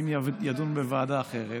האם ידונו בוועדה אחרת.